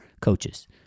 coaches